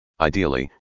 Ideally